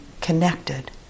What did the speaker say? connected